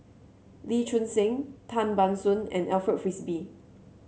Lee Choon Seng Tan Ban Soon and Alfred Frisby